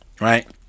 right